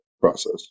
process